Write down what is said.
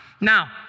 Now